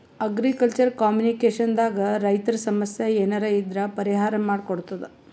agriculture communication ದಾಗ್ ರೈತರ್ ಸಮಸ್ಯ ಏನರೇ ಇದ್ರ್ ಪರಿಹಾರ್ ಮಾಡ್ ಕೊಡ್ತದ್